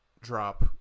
drop